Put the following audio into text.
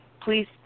please